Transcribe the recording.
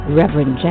Reverend